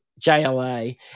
JLA